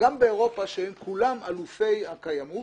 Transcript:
שהם כולם אלופי הקיימות,